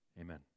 Amen